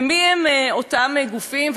ומיהם אותם גופים,